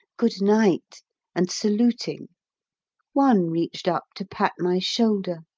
goodnight, and saluting one reached up to pat my shoulder.